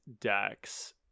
decks